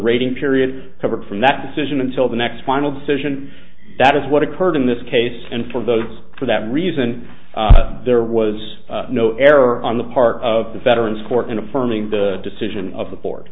rating period covered from that decision until the next final decision that is what occurred in this case and for those for that reason there was no error on the part of the federal court in affirming the decision of the board